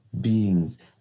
beings